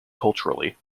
culturally